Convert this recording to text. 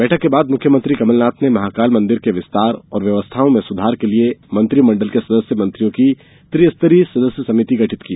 बैठक के बाद मुख्यमंत्री कमलनाथ ने महाकाल मंदिर के विस्तार और व्यवस्थाओं में सुधार के लिए मंत्रिमंडल के सदस्य मंत्रियों की त्रिस्तरीय सदस्य समिति गठित की